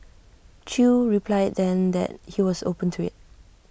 chew replied then that he was open to IT